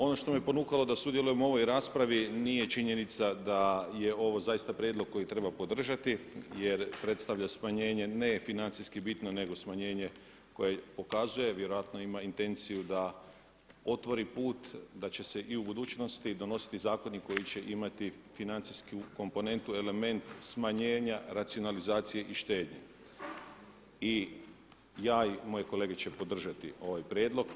Ono što me ponukalo da sudjelujem u ovoj raspravi nije činjenica da je ovo zaista prijedlog koji treba podržati jer predstavlja smanjenje ne financijski bitno nego smanjenje koje pokazuje vjerojatno ima intenciju da otvori put da će se i u budućnosti donositi zakoni koji će imati financijsku komponentu smanjenja racionalizacije i štednje i ja i moje kolege ćemo podržati ovaj prijedlog.